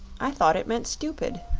i thought it meant stupid.